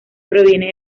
proviene